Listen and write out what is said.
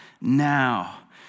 now